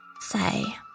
Say